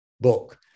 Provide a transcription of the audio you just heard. book